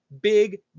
big